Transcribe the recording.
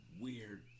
weird